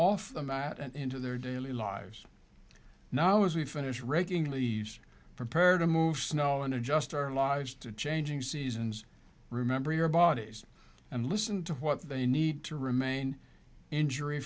off the mat and into their daily lives now as we finish raking leaves prepared to move snow and adjust our lives to changing seasons remember your bodies and listen to what they need to remain injury